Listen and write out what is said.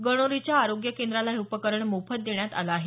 गणोरीच्या आरोग्य केंद्राला हे उपकरण मोफत देण्यात आल आहे